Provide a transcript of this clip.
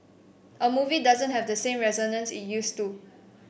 a movie doesn't have the same resonance it used to